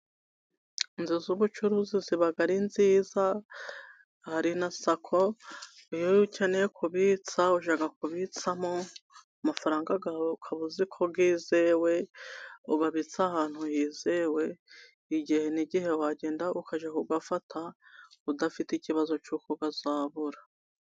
Inzu z'ubucuruzi ziba ari nziza. Hari na sacco, iyo ukeneye kubitsa, ujya kubitsamo amafaranga ayawe ukaba uzi ko hizewe, uyabitse ahantu hizewe, igihe n'igihe wagenda ukajya kuyafata udafite ikibazo cy'uko azabura.